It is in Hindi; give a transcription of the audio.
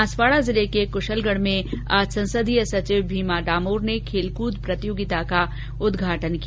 बांसवाड़ा जिले के क्शलगढ में आज संसदीय सचिव भीमा डामोर ने खेलकृद प्रतियोगिता का उदघाटन किया